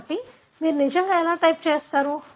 కాబట్టి మీరు నిజంగా ఎలా టైప్ చేస్తారు